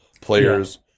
players